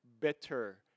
better